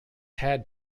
had